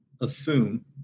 assume